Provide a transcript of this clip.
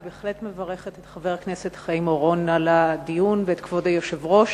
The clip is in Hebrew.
אני בהחלט מברכת את חבר הכנסת חיים אורון על הדיון ואת כבוד היושב-ראש.